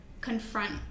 confront